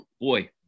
boy